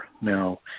Now